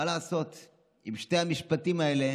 מה לעשות, עם שתי המשפטים האלה